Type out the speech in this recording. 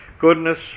goodness